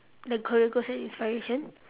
the career goals and inspiration